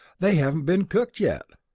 they haven't been cooked yet!